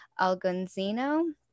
algonzino